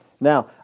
Now